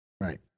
Right